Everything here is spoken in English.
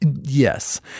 Yes